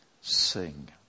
Sing